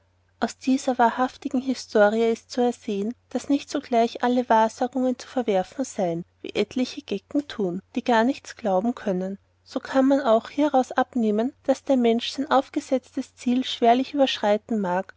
aus dieser wahrhaftigen histori ist zu ersehen daß nicht sogleich alle wahrsagungen zu verwerfen sein wie etliche gecken tun die gar nichts glauben können so kann man auch hieraus abnehmen daß der mensch sein aufgesetztes ziel schwerlich überschreiten mag